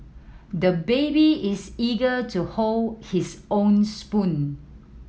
the baby is eager to hold his own spoon